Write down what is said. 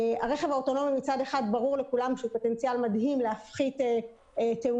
ברור לכולם שהרכב האוטונומי מצד אחד שהוא פוטנציאל מדהים להפחית תאונות,